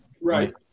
Right